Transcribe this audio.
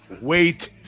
wait